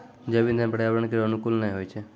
जैव इंधन पर्यावरण केरो अनुकूल नै होय छै